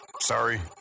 Sorry